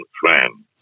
friend